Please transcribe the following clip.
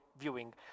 viewing